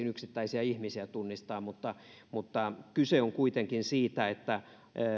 yksittäisiä ihmisiä tunnistaa mutta mutta kyse on kuitenkin siitä